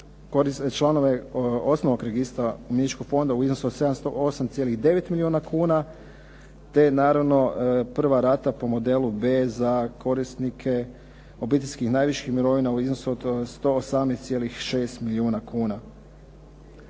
članove osnovnog registra umirovljeničkog fonda u iznosu od 708,9 milijuna kuna te naravno prva rata po modelu B za korisnike obiteljskih i najviših mirovina u iznosu od 118,6 milijuna kuna.